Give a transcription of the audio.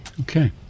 Okay